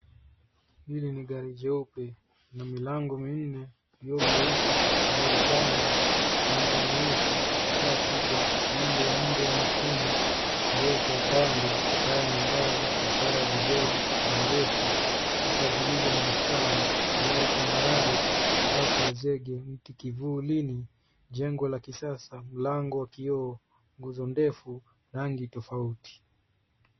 Hili ni gari jeupe la milango minne, vioo vyeusi, tairi tano, bampa nyeusi, taa kubwa, nembo ya mbwa mwituni, kioo cha upande, taa ya mwangaza, ishara ya dizeli, taa refu kuta zilizo na mistari, dari tambarare, sakafu ya zege, iko kivulini, jengo la kisasa, lango ya kioo, nguzo ndefu, rangi tofauti.